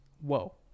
Whoa